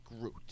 Groot